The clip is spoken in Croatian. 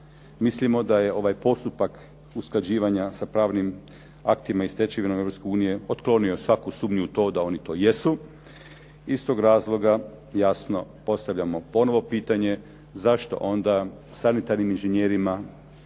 Mislimo da je ovaj postupak usklađivanja sa pravnim aktima i stečevinama Europske unije otklonio svaku sumnju u to da oni to jesu. Iz tog razloga jasno postavljamo ponovo pitanje zašto onda sanitarnim inženjerima